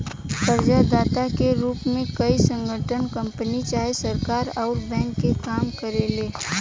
कर्जदाता के रूप में कोई संगठन, कंपनी चाहे सरकार अउर बैंक के काम करेले